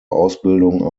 ausbildung